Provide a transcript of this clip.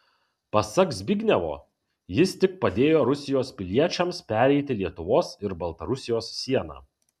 pasak zbignevo jis tik padėjo rusijos piliečiams pereiti lietuvos ir baltarusijos sieną